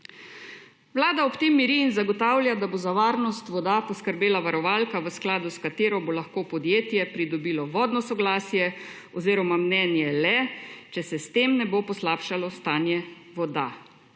Vlada ob tem miri in zagotavlja, da bo za varnost voda poskrbela varovalka, v skladu s katero bo lahko podjetje pridobilo vodno soglasje oziroma mnenje le, če se s tem ne bo poslabšalo stanje voda.